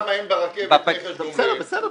בסדר.